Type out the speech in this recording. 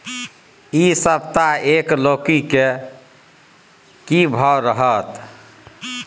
इ सप्ताह एक लौकी के की भाव रहत?